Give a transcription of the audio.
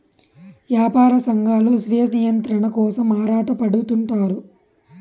యాపార సంఘాలు స్వీయ నియంత్రణ కోసం ఆరాటపడుతుంటారు